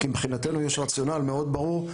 כי מבחינתנו יש רציונל מאוד ברור,